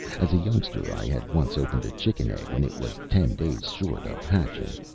as a youngster, i had once opened a chicken egg, when it was ten days short of hatching.